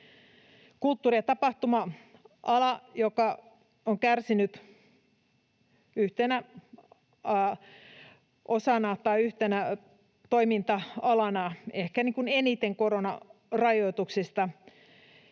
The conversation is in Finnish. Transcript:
Kulttuuri- ja tapahtuma-ala on kärsinyt yhtenä toiminta-alana ehkä eniten koronarajoituksista,